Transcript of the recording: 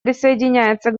присоединяется